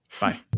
bye